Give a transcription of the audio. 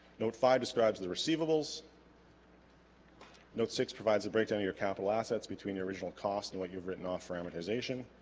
note five describes the receivables note six provides the breakdown of your capital assets between the original costs and what you've written off for amortization